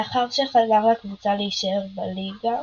לאחר שעזר לקבוצה להישאר בליגה,